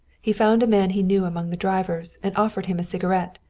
he found a man he knew among the drivers and offered him a cigarette.